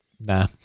nah